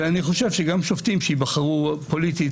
אני גם חושב שגם שופטים שייבחרו פוליטית